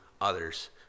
others